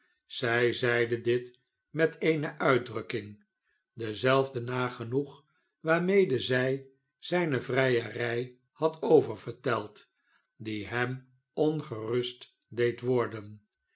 zij zeide dit met eene uitdrukking dezelfde nagenoeg waarmede zij zijne vrijerij had oververteld die hem ongerust deed worden